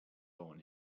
lawn